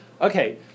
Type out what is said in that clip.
Okay